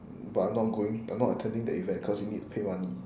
but I'm not going I'm not attending the event cause you need pay money